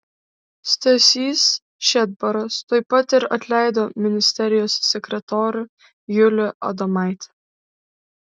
stasys šedbaras tuoj pat ir atleido ministerijos sekretorių julių adomaitį